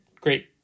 great